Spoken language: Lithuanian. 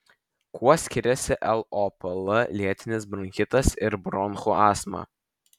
kuo skiriasi lopl lėtinis bronchitas ir bronchų astma